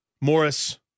Morris